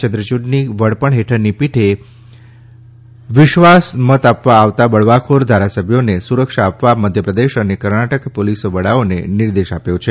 ચંદ્રચુડની વડપણ હેઠળની પીઠે વિશ્વાસ મત આપવા આવતા બળવાખોર ધારાસભ્યોને સુરક્ષા આપવા મધ્યપ્રદેશ અને કર્ણાટક પોલીસ વડાઓને નિર્દેશ આપ્યો છે